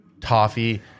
toffee